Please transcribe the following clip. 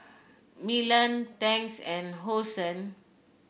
Milan Tangs and Hosen